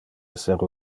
esser